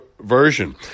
version